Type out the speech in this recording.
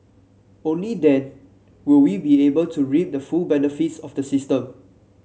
only then will we be able to reap the full benefits of the system